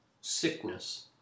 sickness